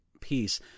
peace